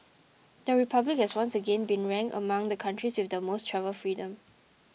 the republic has once again been ranked among the countries with the most travel freedom